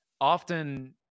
often